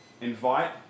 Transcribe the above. Invite